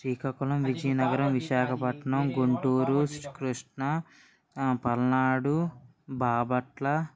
Srikakulam Vizianagaram Visakhapatnam Guntur Krishna Palnadu Bapatla